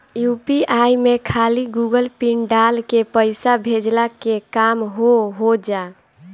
UPI में खाली Google pin डाल के पईसा भेजला के काम हो होजा